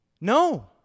No